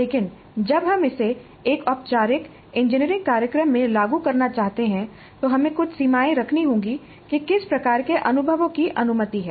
लेकिन जब हम इसे एक औपचारिक इंजीनियरिंग कार्यक्रम में लागू करना चाहते हैं तो हमें कुछ सीमाएँ रखनी होंगी कि किस प्रकार के अनुभवों की अनुमति है